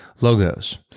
logos